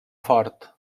fort